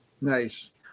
Nice